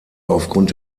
aufgrund